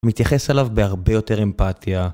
מתייחס עליו בהרבה יותר אמפתיה.